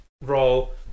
roll